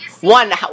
one